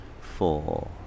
four